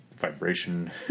vibration